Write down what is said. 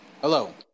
Hello